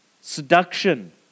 Seduction